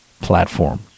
platform